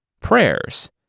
prayers